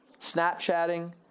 Snapchatting